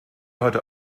heute